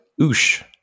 Oosh